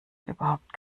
überhaupt